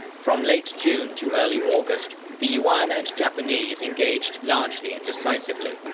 from late june to early august, the yuan and japanese engaged largely indecisively,